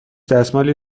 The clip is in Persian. دستمالی